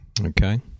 Okay